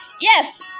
yes